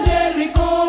Jericho